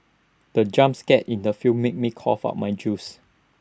the jump scare in the film made me cough out my juice